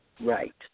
Right